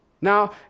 Now